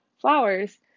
flowers